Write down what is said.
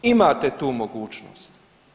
Imate tu mogućnost.